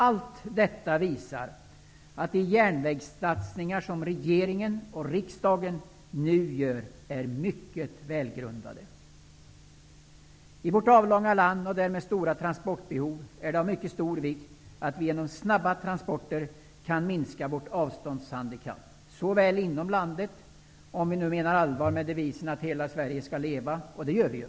Allt detta visar att de järnvägssatsningar som regeringen och riksdagen nu gör är mycket välgrundade. I och med att vårt land är avlångt och därmed har stora transportbehov är det av mycket stor vikt att vi genom snabba transporter kan minska vårt avståndshandikapp inom landet -- detta om vi menar allvar med devisen Hela Sveriges skall leva, och det gör vi ju.